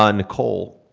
ah nicole,